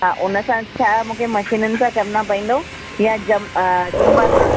उन सां छा मूंखे मशीननि सां करिणो पवंदो या जम जुंबा सां